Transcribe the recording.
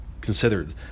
considered